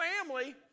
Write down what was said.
family